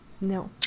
no